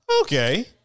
okay